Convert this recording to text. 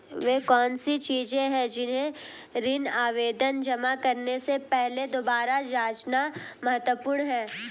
वे कौन सी चीजें हैं जिन्हें ऋण आवेदन जमा करने से पहले दोबारा जांचना महत्वपूर्ण है?